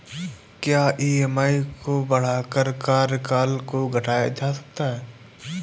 क्या ई.एम.आई को बढ़ाकर कार्यकाल को घटाया जा सकता है?